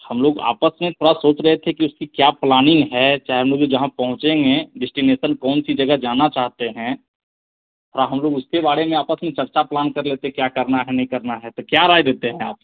हम लोग आपस में थोड़ा सोच रहे थे कि उसकी क्या प्लानिंग है चाह माने जहाँ पहुँचेंगे डिस्टिनेशन कौन सी जगह जाना चाहते हैं थोड़ा हम लोग उसके बारे में आपस में चर्चा प्लान कर लेते हैं क्या करना है नहीं करना है तो क्या राय देते हैं आप